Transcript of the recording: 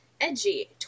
edgy